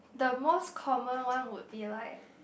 the most common one would be like